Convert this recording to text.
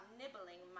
nibbling